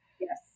yes